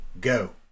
go